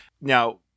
Now